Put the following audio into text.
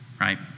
right